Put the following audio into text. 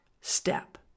step